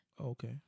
Okay